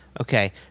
Okay